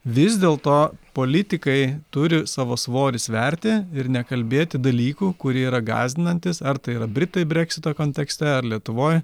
vis dėl to politikai turi savo svorį sverti ir nekalbėti dalykų kurie yra gąsdinantys ar tai yra britai breksito kontekste ar lietuvoj